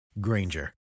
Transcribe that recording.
Granger